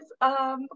Yes